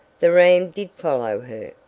the ram did follow her.